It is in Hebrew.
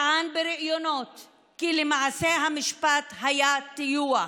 טען בראיונות כי למעשה המשפט היה טיוח,